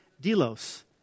delos